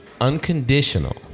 Unconditional